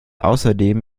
außerdem